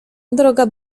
droga